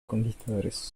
conquistadores